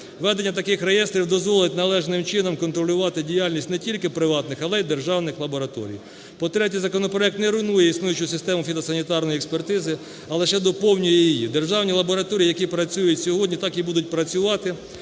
Введення таких реєстрів дозволить належним чином контролювати діяльність не тільки приватних, але й державних лабораторій. По-третє, законопроект не руйнує існуючу систему фітосанітарної експертизи, а лише доповнює її. Державні лабораторії, які працюють сьогодні, так і будуть працювати.